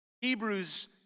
Hebrews